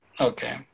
Okay